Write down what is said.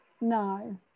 No